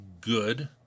good